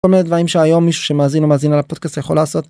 כל מיני דברים שהיום מישהו שמאזין ומאזין לפודקאסט יכול לעשות.